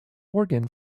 organ